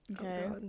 okay